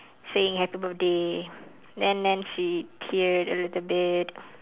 saying happy birthday then then she teared a little bit